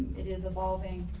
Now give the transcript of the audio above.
it is evolving.